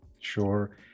Sure